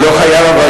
אדוני ראש הממשלה?